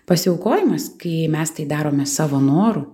pasiaukojimas kai mes tai darome savo noru